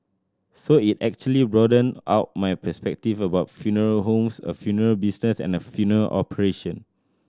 so it actually broadened out my perspective about funeral homes a funeral business a funeral operation